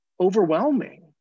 overwhelming